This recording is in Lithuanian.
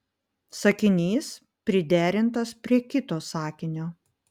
sakinys priderintas prie kito sakinio